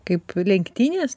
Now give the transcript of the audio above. kaip lenktynės